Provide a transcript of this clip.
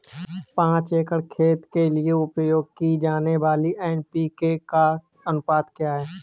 पाँच एकड़ खेत के लिए उपयोग की जाने वाली एन.पी.के का अनुपात क्या है?